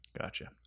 Gotcha